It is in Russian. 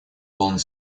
полный